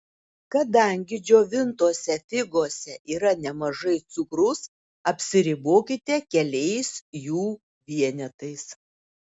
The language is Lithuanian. kadangi džiovintose figose yra nemažai cukraus apsiribokite keliais jų vienetais